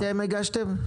אתם הגשתם?